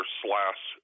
slash